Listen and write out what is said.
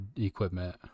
equipment